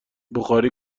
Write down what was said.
بخاری